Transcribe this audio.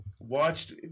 watched